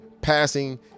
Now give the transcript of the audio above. passing